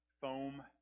foam